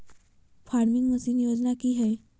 Farming machine योजना कि हैय?